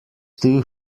too